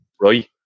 Right